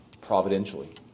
providentially